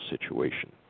situation